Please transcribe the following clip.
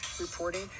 reporting